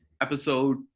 episode